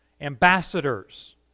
ambassadors